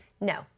No